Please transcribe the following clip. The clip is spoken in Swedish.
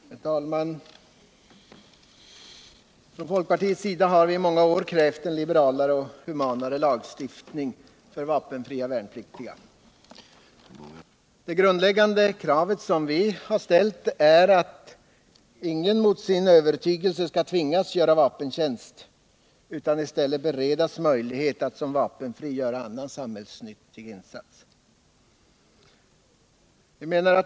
Herr talman! Från folkpartiets sida har vi i många år krävt en liberalare och humanare lagstiftning för vapenfria värnpliktiga. Det grundläggande kravet som vi därvid ställt är, att ingen mot sin övertygelse skall tvingas göra vapentjänst, utan i stället skall beredas möjlighet att som vapenfri göra annan samhällsnyttig insats.